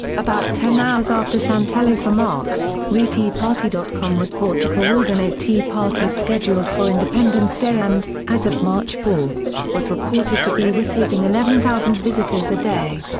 about ten hours after santelli's remarks, reteaparty dot com was bought to coordinate tea parties scheduled for independence day and, as of march four, was reported to be receiving eleven thousand visitors a day.